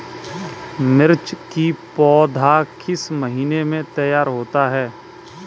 मिर्च की पौधा किस महीने में तैयार होता है?